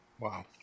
Wow